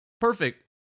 perfect